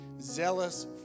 zealous